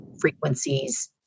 frequencies